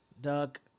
Duck